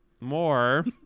more